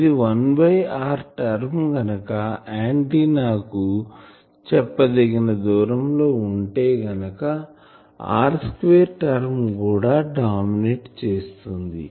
ఇది 1 r term గనుక ఆంటిన్నా కు చెప్పదగిన దూరం లో ఉంటే గనుక r 2 టర్మ్ కూడా డామినేట్ చేస్తుంది